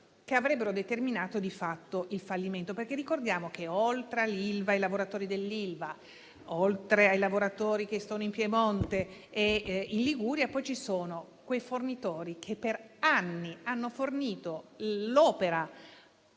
che avrebbero determinato di fatto il fallimento. Ricordiamo infatti che, oltre all'Ilva e ai suoi lavoratori, oltre ai lavoratori che sono in Piemonte e in Liguria, ci sono dei fornitori che per anni hanno fornito l'opera